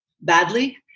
badly